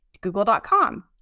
google.com